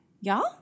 Y'all